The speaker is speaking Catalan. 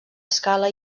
escala